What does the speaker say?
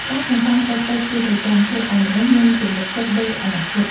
ការសន្សុំតិចៗជាប្រចាំធ្វើឱ្យមនុស្សមានទំនុកចិត្តលើអនាគត។